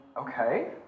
Okay